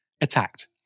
attacked